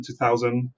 2000